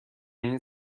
این